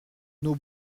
nos